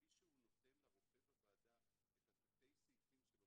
וכפי שהוא נותן לרופא בוועדה את תתי הסעיפים שלו,